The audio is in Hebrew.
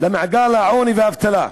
למעגל העוני והאבטלה.